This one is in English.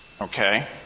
okay